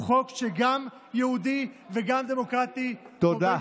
הוא חוק שהוא גם יהודי וגם דמוקרטי, תודה.